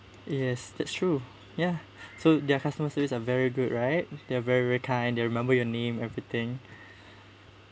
yes that's true ya so their customer service are very good right they're very very kind they'll remember your name everything